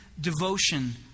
devotion